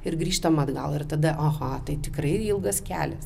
ir grįžtam atgal ir tada aha tai tikrai ilgas kelias